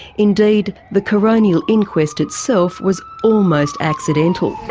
indeed, the coronial inquest itself was almost accidental.